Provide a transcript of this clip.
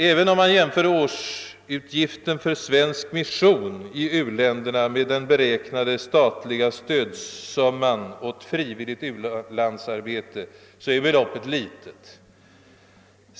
även om man jämför årsutgiften för svensk mission i u-länderna med den beräknade statliga bidragssumman till frivilligt u-landsarbete är beloppet litet.